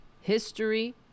history